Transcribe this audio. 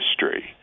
history